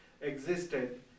existed